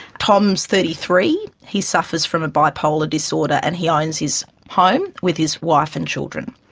tom's thirty three. he suffers from a bipolar disorder and he owns his home with his wife and children.